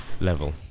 level